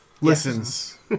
Listens